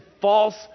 false